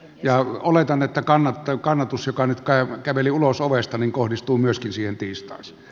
ja oletan että kannatus joka nyt käveli ulos ovesta kohdistuu myöskin siihen tiistaihin